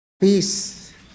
Peace